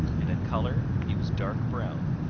and in color he was dark brown,